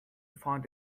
find